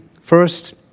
First